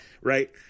Right